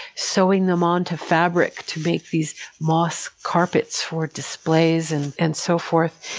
sewing them onto fabric to make these moss carpets for displays and and so forth.